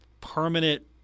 permanent